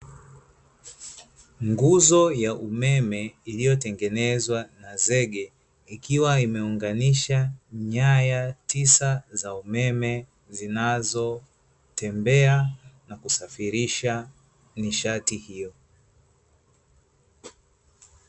Nguzo ya umeme iliyotengenezwa na zege, ikiwa imeunganisha nyaya tisa za umeme, zinazotembea na kusafirisha nishati hiyo.